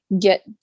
get